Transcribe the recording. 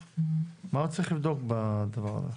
מה הוא צריך לבדוק בדבר הזה?